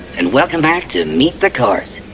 and welcome back to meet the cores!